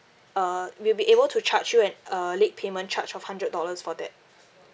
uh we'll be able to charge you an uh late payment charge of hundred dollars for that